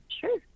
Sure